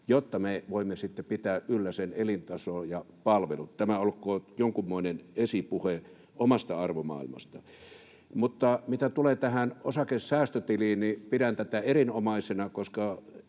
jotta me voimme sitten pitää yllä elintason ja palvelut. — Tämä olkoon jonkunmoinen esipuhe omasta arvomaailmastani. Mitä tulee tähän osakesäästötiliin, niin pidän tätä erinomaisena. Ei